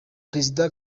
perezida